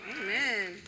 Amen